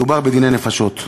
מדובר בדיני נפשות.